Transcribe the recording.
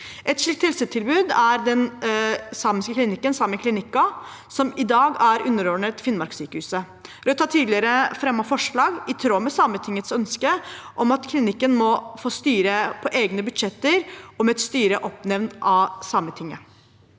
Et slikt helsetilbud er den samiske klinikken, Sámi klinihkka, som i dag er underordnet Finnmarkssykehuset. Rødt har tidligere fremmet forslag, i tråd med Sametingets ønske, om at klinikken må få styre på egne budsjetter og med et styre oppnevnt av Sametinget.